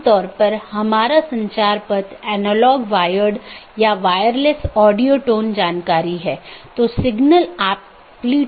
क्योंकि जब यह BGP राउटर से गुजरता है तो यह जानना आवश्यक है कि गंतव्य कहां है जो NLRI प्रारूप में है